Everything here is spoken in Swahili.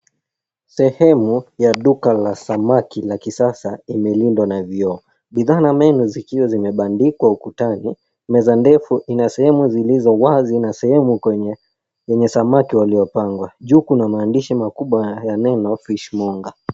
Sehemu ya duka la samaki la kisasa imelindwa na vioo, bidhaa na meno zikiwa zimebandikwa ukutani. Meza ndefu ina sehemu zilizo wazi na sehemu kwenye samaki waliopangwa. Juu kuna maandishi makubwa ya neno fishmonger .